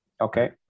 Okay